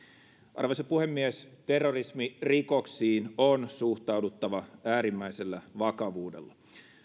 arvoisa puhemies terrorismirikoksiin on suhtauduttava äärimmäisellä vakavuudella